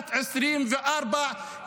שנת 2024,